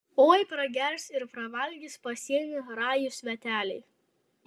oi pragers ir pravalgys pasienį rajūs sveteliai